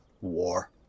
war